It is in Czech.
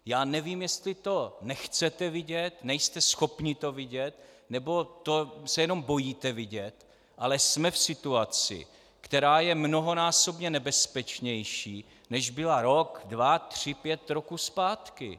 Já nevím, jestli to nechcete vidět, nejste schopni to vidět nebo se to jenom bojíte vidět, ale jsme v situaci, která je mnohonásobně nebezpečnější, než byla rok, dva, tři, pět roků zpátky.